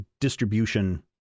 distribution